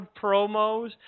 promos